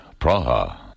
Praha